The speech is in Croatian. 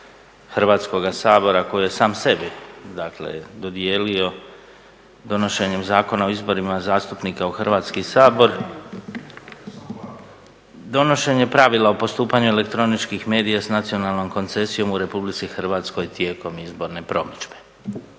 Hrvatskoga sabora koju je sam sebi dakle dodijelio donošenjem Zakona o izborima zastupnika u Hrvatski sabor, donošenje pravila o postupanju elektroničkih medija sa nacionalnom koncesijom u Republici Hrvatskoj tijekom izborne promidžbe.